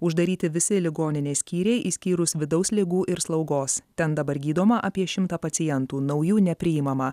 uždaryti visi ligoninės skyriai išskyrus vidaus ligų ir slaugos ten dabar gydoma apie šimtą pacientų naujų nepriimama